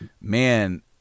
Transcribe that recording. man